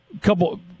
Couple